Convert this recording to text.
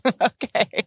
Okay